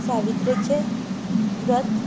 सावित्रेचे व्रत